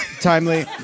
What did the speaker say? timely